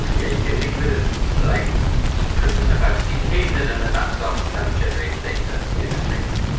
yeah you can think of it as like you put the snowplow sdks in and then that starts to kind of generate the data, the event data.